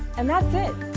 and that's it.